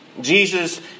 Jesus